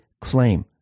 claim